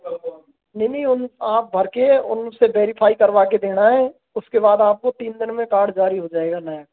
नहीं नहीं उन आप भरके और उनसे वेरिफ़ाई करवा के देना है उसके बाद आपको तीन दिन में कार्ड जारी हो जाएगा कार्ड नया